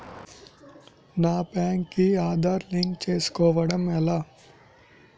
నా బ్యాంక్ కి ఆధార్ లింక్ చేసుకోవడం ఎలా?